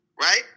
right